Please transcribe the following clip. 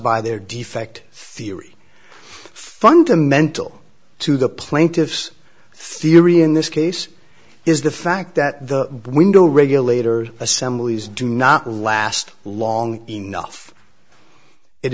by their defect theory fundamental to the plaintiff's theory in this case is the fact that the window regulator assemblies do not last long enough it